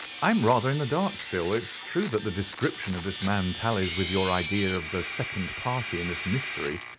i am rather in the dark still. it is true that the description of this man tallies with your idea of the second party in this mystery.